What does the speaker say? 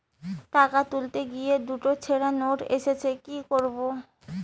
টাকা তুলতে গিয়ে দুটো ছেড়া নোট এসেছে কি করবো?